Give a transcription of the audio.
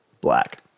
Black